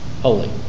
holy